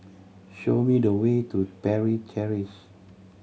show me the way to Parry Terrace